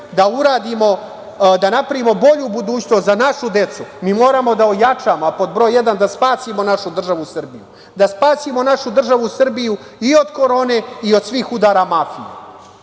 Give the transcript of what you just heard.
da napravimo bolju budućnost za našu decu, mi moramo da ojačamo, a pod broj jedan da spasimo našu državu Srbiju, da spasimo našu državu Srbiju i od korone i od svih udara mafije.